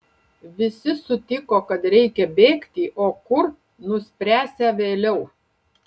visi sutiko kad reikia bėgti o kur nuspręsią vėliau